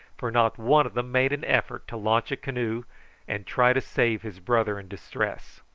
for not one of them made an effort to launch a canoe and try to save his brother in distress.